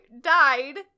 died